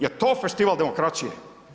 Jel to festival demokracije?